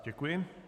Děkuji.